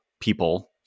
people